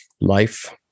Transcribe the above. life